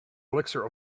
elixir